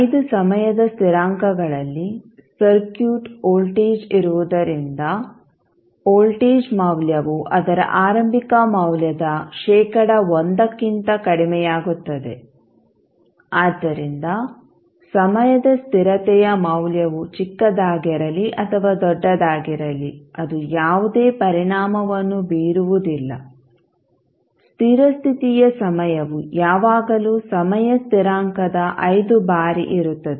5 ಸಮಯದ ಸ್ಥಿರಾಂಕಗಳಲ್ಲಿ circuit voltage ಇರುವುದರಿಂದ ವೋಲ್ಟೇಜ್ ಮೌಲ್ಯವು ಅದರ ಆರಂಭಿಕ ಮೌಲ್ಯದ ಶೇಕಡಾ 1 ಕ್ಕಿಂತ ಕಡಿಮೆಯಾಗುತ್ತದೆ ಆದ್ದರಿಂದ ಸಮಯದ ಸ್ಥಿರತೆಯ ಮೌಲ್ಯವು ಚಿಕ್ಕದಾಗಿರಲಿ ಅಥವಾ ದೊಡ್ಡದಾಗಿರಲಿ ಅದು ಯಾವುದೇ ಪರಿಣಾಮವನ್ನು ಬೀರುವುದಿಲ್ಲ ಸ್ಥಿರ ಸ್ಥಿತಿಯ ಸಮಯವು ಯಾವಾಗಲೂ ಸಮಯ ಸ್ಥಿರಾಂಕದ 5 ಬಾರಿ ಇರುತ್ತದೆ